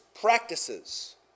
practices